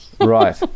Right